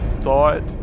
thought